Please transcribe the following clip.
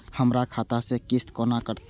हमर खाता से किस्त कोना कटतै?